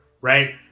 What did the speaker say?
right